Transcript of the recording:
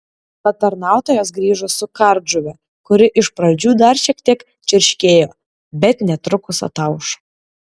patarnautojas grįžo su kardžuve kuri iš pradžių dar šiek tiek čirškėjo bet netrukus ataušo